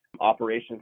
operations